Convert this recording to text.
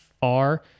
far